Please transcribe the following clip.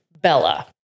Bella